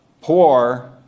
poor